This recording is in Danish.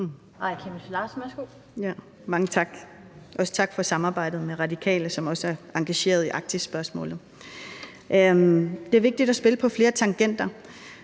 Mange tak. Også tak for samarbejdet med Radikale, som også er engagerede i Arktisspørgsmålet. Det er vigtigt at spille på flere tangenter,